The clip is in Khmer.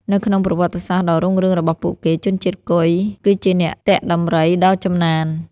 នៅក្នុងប្រវត្តិសាស្ត្រដ៏រុងរឿងរបស់ពួកគេ ជនជាតិគុយគឺជាអ្នកទាក់ដំរីដ៏ចំណាន។